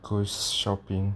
goose shopping